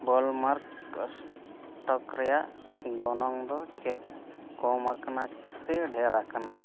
ᱵᱚᱞᱢᱟᱨᱠ stock ᱨᱮᱱᱟᱜ ᱜᱚᱱᱚᱝ ᱫᱚ ᱪᱮᱫ ᱠᱚᱢ ᱟᱠᱟᱱᱟ ᱥᱮ ᱰᱷᱮᱨ ᱠᱟᱱᱟ